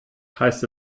heißt